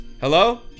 Hello